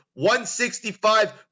165